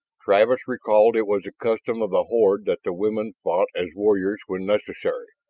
travis recalled it was the custom of the horde that the women fought as warriors when necessary.